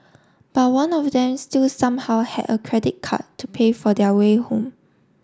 but one of them still somehow had a credit card to pay for their way home